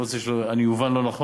כי אני לא רוצה שאני אובן לא נכון.